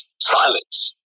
silence